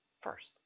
First